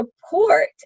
support